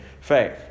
faith